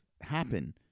happen